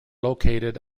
located